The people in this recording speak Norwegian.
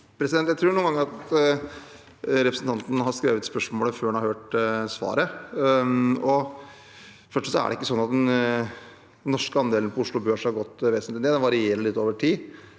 tror jeg at representanten har skrevet spørsmålene før han har hørt svaret. For det første er det ikke sånn at den norske andelen på Oslo Børs har gått vesentlig ned. Det varierer litt over tid,